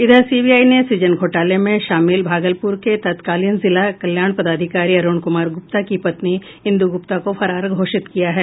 इधर सीबीआई ने सुजन घोटाले में शामिल भागलपुर के तत्कालीन जिला कल्याण पदाधिकारी अरुण कुमार गुप्ता की पत्नी इंदू गुप्ता को फरार घोषित किया है